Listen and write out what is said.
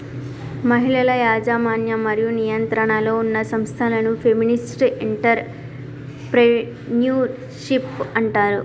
మహిళల యాజమాన్యం మరియు నియంత్రణలో ఉన్న సంస్థలను ఫెమినిస్ట్ ఎంటర్ ప్రెన్యూర్షిప్ అంటారు